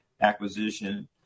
acquisition